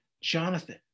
Jonathan